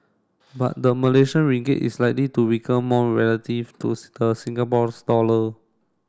but the Malaysian Ringgit is likely to weaken more relative to the Singapore's dollar